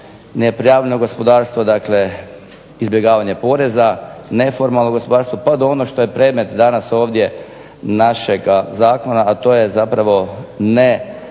Ne prijavljeno gospodarstvo dakle izbjegavanje poreza, neformalno gospodarstvo, pa do onog što je predmet danas ovdje našega zakona a to je zapravo